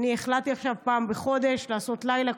והחלטתי עכשיו אחת לחודש לעשות לילה,